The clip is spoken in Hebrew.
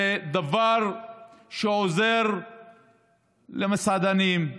זה דבר שעוזר למסעדנים,